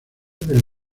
del